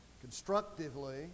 constructively